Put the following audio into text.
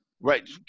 right